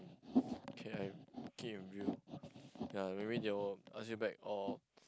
K_I keep in view ya maybe they will ask you back or